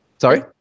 sorry